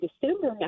December